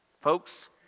folks